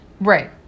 Right